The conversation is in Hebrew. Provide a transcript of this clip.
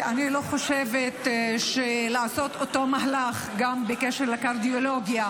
אני לא חושבת שלעשות את אותו מהלך גם בקשר לקרדיולוגיה